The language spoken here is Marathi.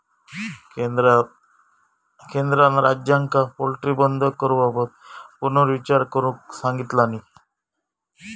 केंद्रान राज्यांका पोल्ट्री बंद करूबाबत पुनर्विचार करुक सांगितलानी